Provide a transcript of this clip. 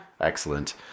Excellent